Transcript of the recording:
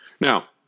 Now